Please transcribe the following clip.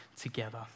together